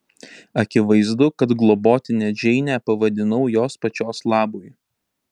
akivaizdu kad globotine džeinę pavadinau jos pačios labui